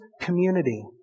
community